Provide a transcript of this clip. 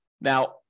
Now